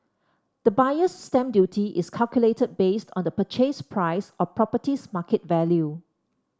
the Buyer's Stamp Duty is calculated based on the purchase price or property's market value